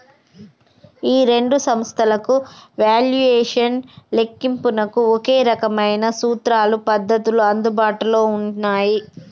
ఈ రెండు సంస్థలకు వాల్యుయేషన్ లెక్కింపునకు ఒకే రకమైన సూత్రాలు పద్ధతులు అందుబాటులో ఉన్నాయి